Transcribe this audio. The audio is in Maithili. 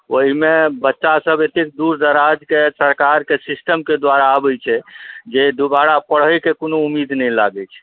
ओहिमे बच्चा सब एतेक दूर दराजकेँ सरकारकेँ सिस्टमकेँ द्वारा आबैत छै जे दुबारा पढैकेँ कोनो उम्मीद नहि लागैत छै